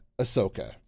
Ahsoka